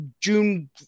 June